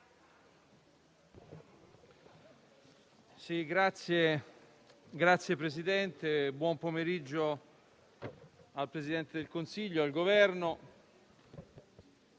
Signor Presidente, buon pomeriggio al Presidente del Consiglio e al Governo.